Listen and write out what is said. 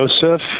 Joseph